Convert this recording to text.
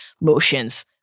motions